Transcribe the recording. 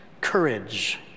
courage